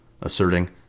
asserting